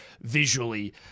visually